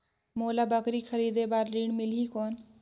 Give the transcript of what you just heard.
मोला बकरी खरीदे बार ऋण मिलही कौन?